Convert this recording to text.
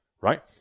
Right